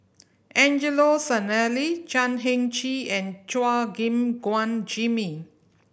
Angelo Sanelli Chan Heng Chee and Chua Gim Guan Jimmy